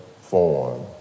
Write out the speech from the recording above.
form